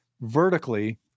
vertically